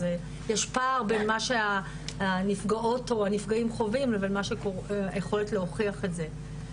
אז יש פער בין מה שהנפגעות או הנפגעים חווים לבין היכולת להוכיח את זה.